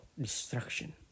destruction